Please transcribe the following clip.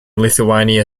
lithuania